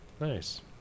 nice